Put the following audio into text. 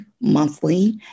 monthly